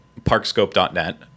parkscope.net